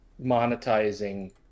monetizing